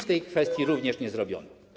W tej kwestii również nic nie zrobiono.